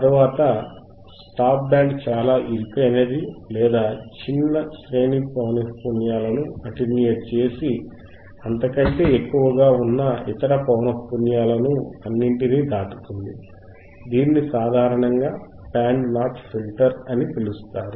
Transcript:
తరువాత "stop band" చాలా ఇరుకైనది లేదా చిన్న శ్రేణి పౌనఃపున్యాలను అటెన్యూయేట్ చేసి ఇతర పౌనఃపున్యాలన్నింటినీ అనుమతిస్తుంది దీనిని సాధారణంగా "బ్యాండ్ నాచ్ ఫిల్టర్" అని పిలుస్తారు